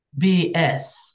BS